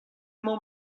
emañ